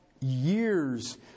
years